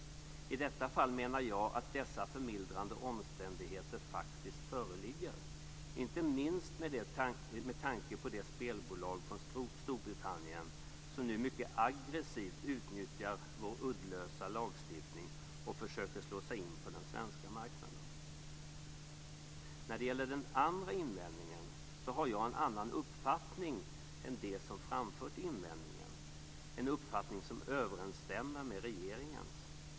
I detta fall menar jag att dessa förmildrande omständigheter faktiskt föreligger, inte minst med tanke på det spelbolag från Storbritannien som nu mycket aggressivt utnyttjar vår uddlösa lagstiftning och försöker slå sig in på den svenska marknaden. När det gäller den andra invändningen har jag en annan uppfattning än de som framfört invändningen, en uppfattning som överensstämmer med regeringens.